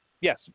Yes